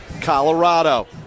Colorado